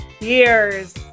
Cheers